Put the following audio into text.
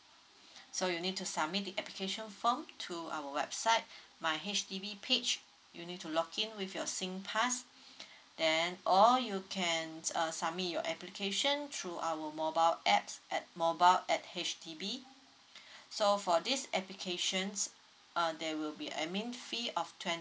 so you need to submit the application form to our website my H_D_B page you need to log in with your singpass then or you can uh submit your application through our mobile apps at mobile H_D_B so for these applications uh there will be a admin fee of twenty